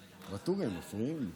ואטורי, הם מפריעים לי,